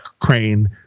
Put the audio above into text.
crane